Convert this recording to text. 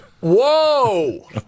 Whoa